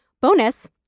bonus